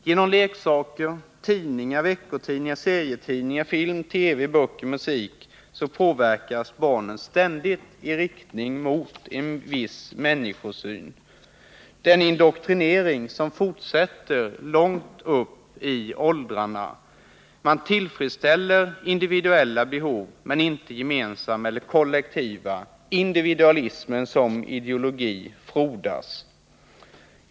Genom leksaker, serietidningar, veckotidningar, film och TV, böcker och musik påverkas barnen ständigt i riktning mot en viss människosyn. Indoktrineringen fortsätter långt upp i åldrarna. Man tillfredsställer individuella behov men inte gemensamma eller kollektiva. Individualismen såsom ideologi frodas.